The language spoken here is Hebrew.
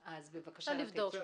אבל אני רוצה --- אפשר להגיד משהו?